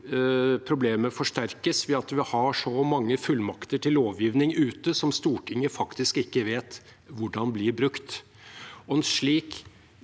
problemet forsterkes ved at vi har så mange fullmakter til lovgivning ute som Stortinget faktisk ikke vet hvordan blir brukt.